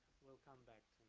we'll come back